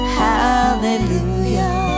hallelujah